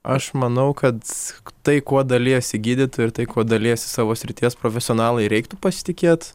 aš manau kad tai kuo dalijasi gydytojai ir tai kuo dalijasi savo srities profesionalai reiktų pasitikėt